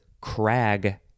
crag